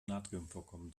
natriumvorkommen